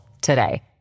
today